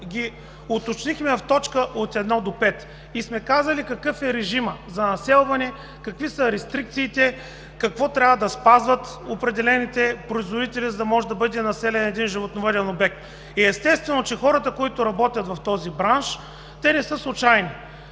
уточнихме в т. 1 – 5 и сме казали какъв е режимът за населване, какви са рестрикциите, какво трябва да спазват определените производители, за да може да бъде населен един животновъден обект. Естествено, че хората, които работят в този бранш, не са случайни.